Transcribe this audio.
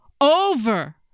over